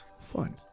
fun